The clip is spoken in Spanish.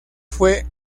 fue